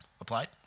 applied